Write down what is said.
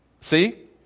See